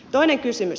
toinen kysymys